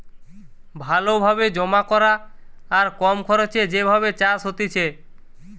ভালো ভাবে জমা করা আর কম খরচে যে ভাবে চাষ হতিছে